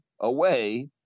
away